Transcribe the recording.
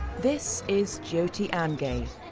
this is jyoti amge.